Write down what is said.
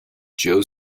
joe